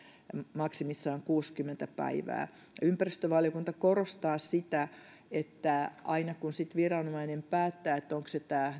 maksimissaan kuusikymmentä päivää ympäristövaliokunta korostaa sitä että aina kun viranomainen päättää onko se tämä